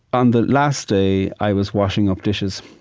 on the last day, i was washing up dishes,